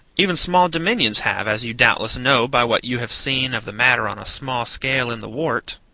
even small dominions have, as you doubtless know by what you have seen of the matter on a small scale in the wart.